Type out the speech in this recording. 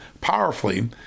powerfully